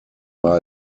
war